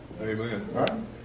Amen